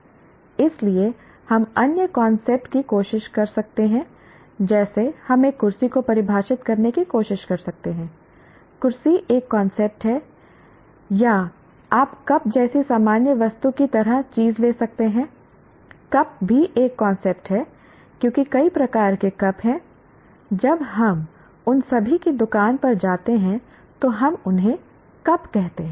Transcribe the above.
इसलिए हम अन्य कांसेप्ट की कोशिश कर सकते हैं जैसे हम एक कुर्सी को परिभाषित करने की कोशिश करते हैं कुर्सी एक कांसेप्ट है या आप कप जैसी सामान्य वस्तु की तरह चीज़ ले सकते हैं कप भी एक कांसेप्ट है क्योंकि कई प्रकार के कप हैं जब हम उन सभी की दुकान पर जाते हैं तो हम उन्हें कप कहते हैं